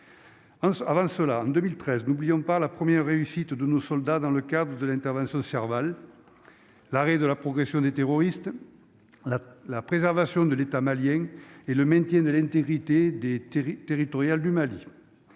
Avant cela, en 2013, n'oublions pas la première réussite de nos soldats dans le cadre ou de l'intervention Serval, l'arrêt de la progression des terroristes, la préservation de l'État malien et le maintien de l'intégrité des terrils territoriale du Mali,